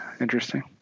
Interesting